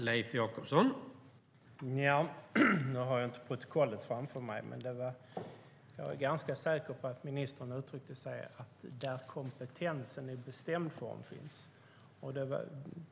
Herr talman! Jag har inte protokollet framför mig, men jag är ganska säker på att ministern uttryckte det så här: där kompetensen - i bestämd form - finns.